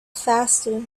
faster